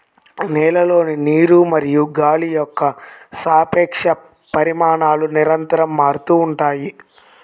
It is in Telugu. నేలలోని నీరు మరియు గాలి యొక్క సాపేక్ష పరిమాణాలు నిరంతరం మారుతూ ఉంటాయి